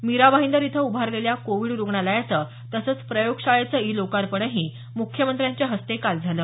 मीरा भाईंदर इथं उभारलेल्या कोविड रुग्णालयाचं तसंच प्रयोगशाळेचं ई लोकार्पणही मुख्यमत्र्यांच्या हस्ते काल करण्यात आलं